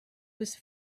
was